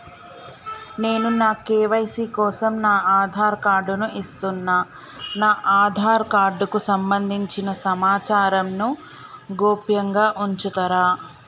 నేను నా కే.వై.సీ కోసం నా ఆధార్ కార్డు ను ఇస్తున్నా నా ఆధార్ కార్డుకు సంబంధించిన సమాచారంను గోప్యంగా ఉంచుతరా?